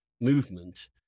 movement